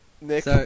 Nick